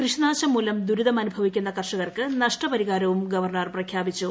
കൃഷിനാശം മൂലം ദുരിതമനുഭവിക്കുന്ന കർഷകർക്ക് നഷ്ടപരിഹാരവും ഗവർണർ പ്രഖ്യാപിച്ചു